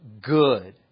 good